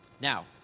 Now